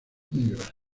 negras